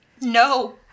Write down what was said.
No